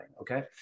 okay